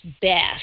best